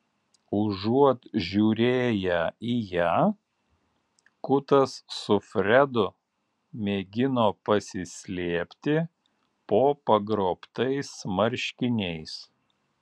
užuot žiūrėję į ją kutas su fredu mėgino pasislėpti po pagrobtais marškiniais